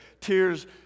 tears